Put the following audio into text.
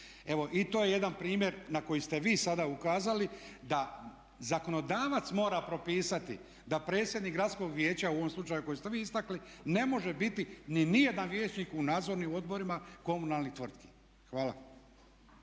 i to je jedan primjer na koji ste vi sada ukazali da zakonodavac mora propisati da predsjednik Gradskog vijeća u ovom slučaju koji ste vi istakli ne može biti ni nijedan vijećnik u nadzornim odborima komunalnih tvrtki. Hvala.